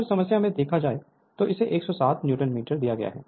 अगर समस्या में देखा जाए तो इसे 160 न्यूटन मीटर दिया गया है